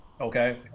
okay